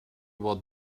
what